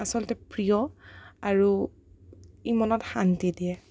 আচলতে প্ৰিয় আৰু ই মনত শান্তি দিয়ে